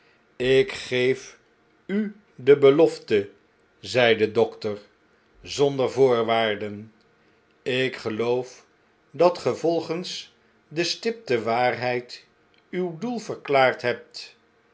ik geef u de belofte zei de dokter zondickens in londen en tarijs in londen en pabijs dervoorwaarden ikgeloofdatgevolgensdestipte waarheid uw doel ver klaard hebt